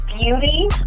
Beauty